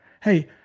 Hey